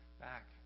back